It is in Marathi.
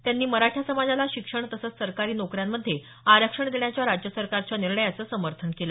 त्यांनी मराठा समाजाला शिक्षण तसंच सरकारी नोकऱ्यांमध्ये आरक्षण देण्याच्या राज्य सरकारच्या निर्णयाचं समर्थन केलं